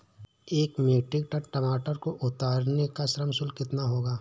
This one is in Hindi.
एक मीट्रिक टन टमाटर को उतारने का श्रम शुल्क कितना होगा?